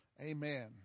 amen